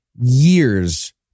years